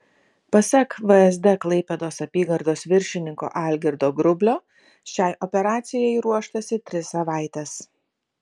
pasak vsd klaipėdos apygardos viršininko algirdo grublio šiai operacijai ruoštasi tris savaites